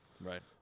right